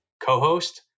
co-host